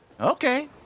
Okay